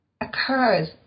occurs